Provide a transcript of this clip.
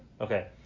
Okay